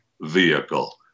vehicle